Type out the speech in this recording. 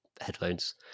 headphones